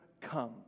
come